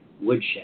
woodshed